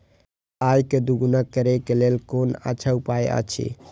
आय के दोगुणा करे के लेल कोन अच्छा उपाय अछि?